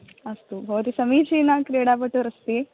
अस्तु भवती समीचीना क्रीडापटुरस्ति